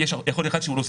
ככה נראה לי עד עכשיו.